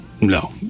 No